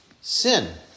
sin